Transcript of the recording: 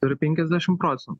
turi penkiasdešim procen